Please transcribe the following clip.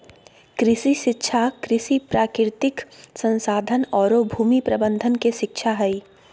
कृषि शिक्षा कृषि, प्राकृतिक संसाधन औरो भूमि प्रबंधन के शिक्षा हइ